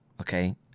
okay